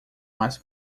mais